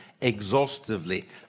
exhaustively